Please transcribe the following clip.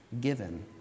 given